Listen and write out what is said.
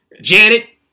Janet